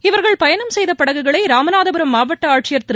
இவர்கள் பயணம் செய்த படகுகளை ராமநாதபுர மாவட்ட ஆட்சியர் திரு